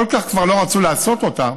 כל כך כבר לא רצו לעשות אותה,